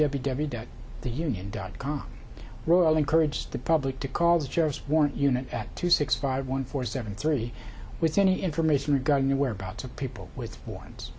debbie does the union dot com royal encourage the public to call the chairs warrant unit at two six five one four seven three with any information regarding the whereabouts of people with ones